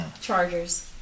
Chargers